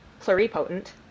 pluripotent